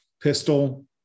pistol